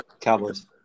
Cowboys